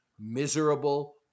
miserable